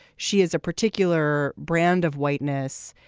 she has a particular brand of whiteness.